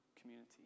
community